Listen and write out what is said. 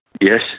yes